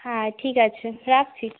হ্যাঁ ঠিক আছে রাখছি